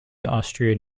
austrian